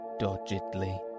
dodgedly